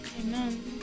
Amen